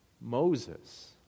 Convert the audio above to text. Moses